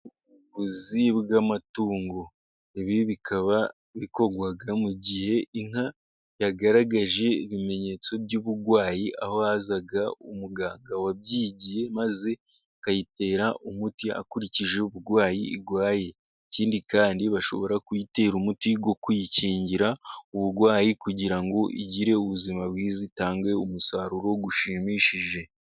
Ubworozi bw'amatungo ibi bikaba bikorwa mu gihe inka yagaragaje ibimenyetso by'uburwayi, aho haza umuganga wabyigiye maze akayitera umuti akurikije uburwayi irwaye, ikindi kandi bashobora kuyitera umuti wo kuyikingira uburwayi kugira ngo igire ubuzima bwiza itange umusaruro ushimishije.